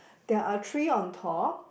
there are three on top